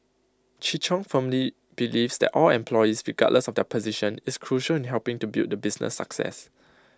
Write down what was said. Chi chung firmly believes that all employees regardless of their position is crucial in helping to build the business success